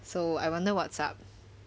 so I wonder what's up